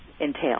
entail